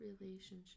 relationship